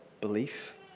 belief